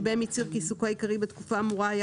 שבהם הצהיר כי עיסוקו העיקרי בתקופה האמורה היה